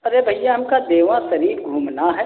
अरे भैया हमका देवा सरीफ घूमना है